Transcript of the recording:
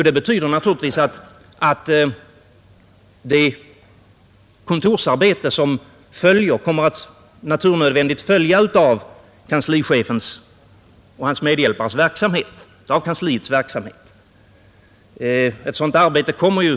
Det betyder naturligtvis att det kontorsarbete som naturnödvändigt kommer att följa av kanslichefens och hans medhjälpares verksamhet kommer att vältras över på den redan ganska hårt belastade befintliga kontorspersonalen.